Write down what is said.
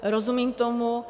Rozumím tomu.